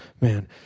man